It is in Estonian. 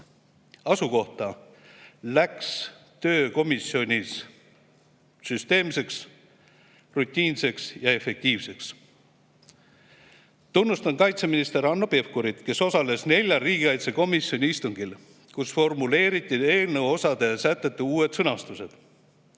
[rolli], läks töö komisjonis süsteemseks, rutiinseks ja efektiivseks. Tunnustan kaitseminister Hanno Pevkurit, kes osales neljal riigikaitsekomisjoni istungil, kus formuleeriti eelnõu osade ja sätete uued sõnastused.